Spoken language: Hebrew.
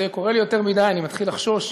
זה קורה לי יותר מדי, אני מתחיל לחשוש.